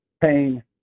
pain